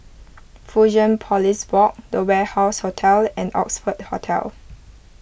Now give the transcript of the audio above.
Fusionopolis Walk the Warehouse Hotel and Oxford Hotel